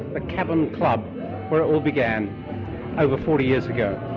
ah cavern club where it all began over forty years ago.